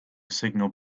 signal